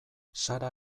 sara